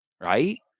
right